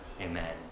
Amen